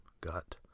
gut